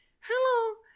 hello